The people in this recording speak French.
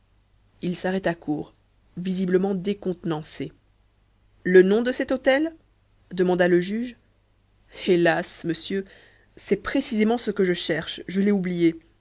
il s'arrêta court visiblement décontenancé le nom de cet hôtel demanda le juge hélas monsieur c'est précisément ce que je cherche je l'ai oublié